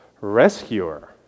rescuer